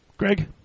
Greg